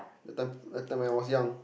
that time that time when I was young